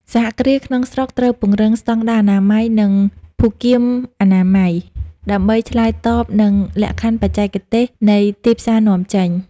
សហគ្រាសក្នុងស្រុកត្រូវពង្រឹងស្ដង់ដារអនាម័យ និងភូតគាមអនាម័យ ដើម្បីឆ្លើយតបនឹងលក្ខខណ្ឌបច្ចេកទេសនៃទីផ្សារនាំចេញ។